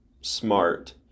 smart